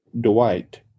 Dwight